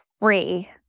free